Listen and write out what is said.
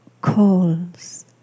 calls